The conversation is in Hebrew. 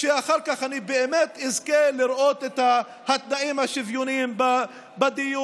שאחר כך באמת אזכה לראות את התנאים השוויוניים בדיור,